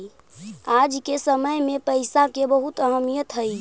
आज के समय में पईसा के बहुत अहमीयत हई